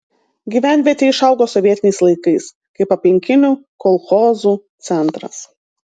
gyvenvietė išaugo sovietiniais laikais kaip aplinkinių kolchozų centras